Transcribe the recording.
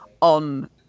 on